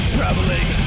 Traveling